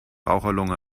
raucherlunge